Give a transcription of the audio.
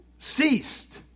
Ceased